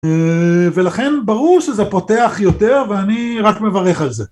ולכן ברור שזה פותח יותר ואני רק מברך על זה